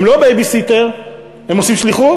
הם לא בייביסיטר, הם עושים שליחות.